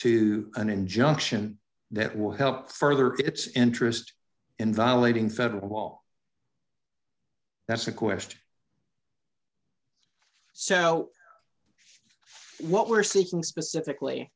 to an injunction that would help further its interest in violating federal law that's a question so what we're seeking specifically